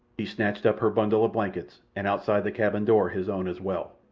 he snatched up her bundle of blankets, and outside the cabin door his own as well.